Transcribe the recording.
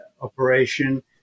operation